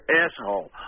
asshole